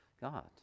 God